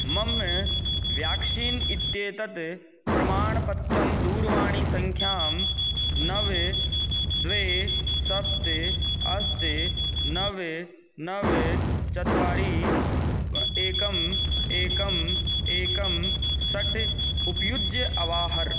मम व्याक्शीन् इत्येतत् प्रमाणपत्रं दूरवाणीसङ्ख्यां नव द्वे सप्त अष्ट नव नव चत्वारि एकम् एकम् एकं षट् उपयुज्य अवाहर